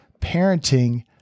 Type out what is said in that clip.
parenting